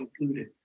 included